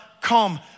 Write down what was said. come